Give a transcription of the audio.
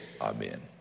Amen